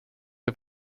der